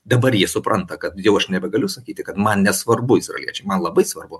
dabar jie supranta kad jau aš nebegaliu sakyti kad man nesvarbu izraeliečiai man labai svarbu